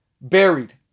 buried